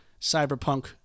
cyberpunk